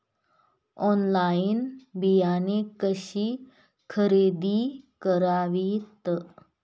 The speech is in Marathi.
ऑनलाइन बियाणे कशी खरेदी करावीत?